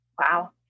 Wow